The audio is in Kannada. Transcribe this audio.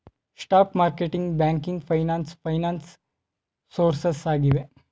stock marketing, banking finance finance sources ಆಗಿವೆ